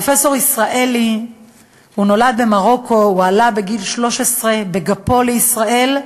פרופסור ישראלי נולד במרוקו ועלה בגיל 13 בגפו לישראל,